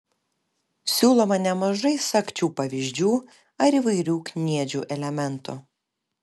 siūloma nemažai sagčių pavyzdžių ar įvairių kniedžių elementų